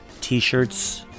T-shirts